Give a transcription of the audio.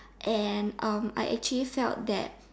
and um I actually felt that